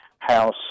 House